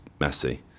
messy